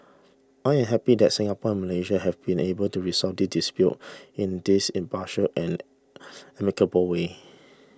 I am happy that Singapore and Malaysia have been able to resolve this dispute in this impartial and amicable way